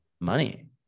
money